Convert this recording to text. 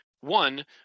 One